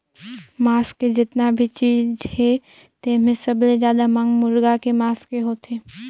मांस के जेतना भी चीज हे तेम्हे सबले जादा मांग मुरगा के मांस के होथे